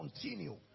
continue